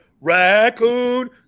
raccoon